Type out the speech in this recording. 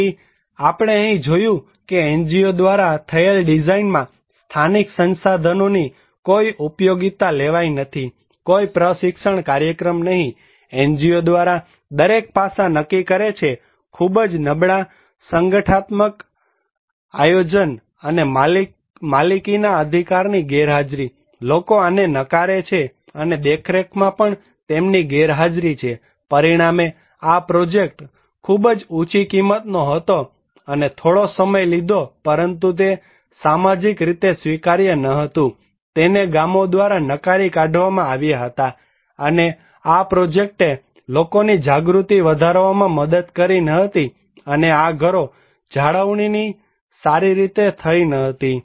તેથી આપણે અહીં જોયું છે કે NGO દ્વારા થયેલ ડિઝાઇનમાં સ્થાનિક સંસાધનોની કોઈ ઉપયોગીતા લેવાઈ નથી કોઈ પ્રશિક્ષણ કાર્યક્રમ નહિ NGO દરેક પાસા નક્કી કરે છે ખૂબ જ નબળા સંગઠનાત્મક આયોજન અને માલિકીના અધિકારની ગેરહાજરી લોકો આને નકારે છે અને દેખરેખમાં પણ તેમની ગેરહાજરી છે પરિણામે આ પ્રોજેક્ટ ખૂબ જ ઊંચી કિંમતનો હતો અને થોડો સમય લીધો પરંતુ તે સામાજિક રીતે સ્વીકાર્ય નહોતું તેને ગામો દ્વારા નકારી કાઢવામાં આવ્યું હતા અને આ પ્રોજેક્ટે લોકોની જાગૃતિ વધારવામાં મદદ કરી ન હતી અને આ ઘરોની જાળવણી સારી રીતે થઈ ન હતી